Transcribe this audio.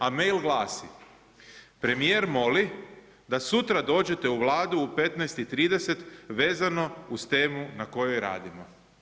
A mail glasi: „Premijer moli da sutra dođete u Vladu u 15,30 vezano uz temu o kojoj radimo“